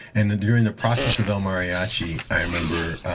and and during the process of el mariachi, i remember